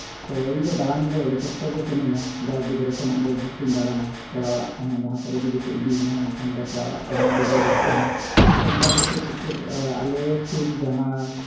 ᱛᱚ ᱤᱧ ᱫᱚ ᱫᱟᱬᱟᱱ ᱫᱚ ᱟᱹᱰᱤ ᱥᱚᱠᱛᱚ ᱜᱮ ᱥᱟᱱᱟᱧᱟ ᱡᱟᱣ ᱜᱤᱫᱽᱨᱟᱹ ᱠᱷᱚᱱᱟᱜ ᱜᱮ ᱤᱧ ᱫᱚ ᱟᱹᱰᱤ ᱥᱚᱠᱛᱚᱧ ᱫᱟᱬᱟᱱᱟ ᱯᱮᱲᱟ ᱚᱲᱟᱜ ᱠᱚᱦᱚᱸ ᱡᱟᱦᱟᱸ ᱠᱚᱨᱮ ᱡᱩᱫᱤ ᱠᱚ ᱤᱫᱤᱭᱤᱧᱟᱹ ᱮᱱᱠᱷᱟᱱ ᱫᱚ ᱯᱮᱲᱟ ᱚᱲᱟᱜ ᱠᱚᱦᱚᱸ ᱟᱹᱰᱤ ᱜᱮ ᱨᱟᱹᱥᱠᱟᱹᱦᱟᱹᱧᱟᱹ ᱛᱚ ᱚᱱᱠᱟ ᱜᱮ ᱥᱩᱨᱼᱥᱩᱯᱩᱨ ᱟᱞᱮ ᱥᱩᱨ ᱡᱟᱦᱟᱸ